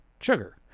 sugar